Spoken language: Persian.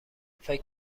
فکر